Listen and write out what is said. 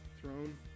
throne